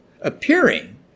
appearing